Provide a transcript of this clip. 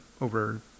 over